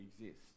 exist